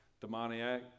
demoniac